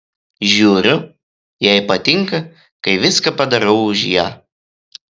žiūriu jai patinka kai viską padarau už ją